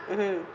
mmhmm